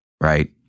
right